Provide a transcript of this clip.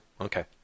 okay